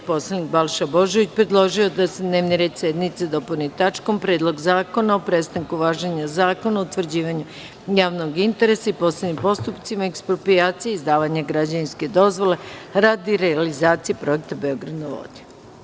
Poslanik Balša Božović predložio je da se dnevni red sednice dopuni tačkom – Predlog zakona o prestanku važenja Zakona o utvrđivanju javnog interesa i posebnim postupcima eksproprijacije i izdavanja građevinske dozvole radi realizacije projekta „Beograd na vodi“